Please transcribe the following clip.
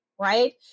Right